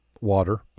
water